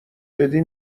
بدی